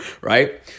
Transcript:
right